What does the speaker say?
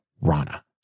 Rana